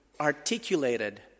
articulated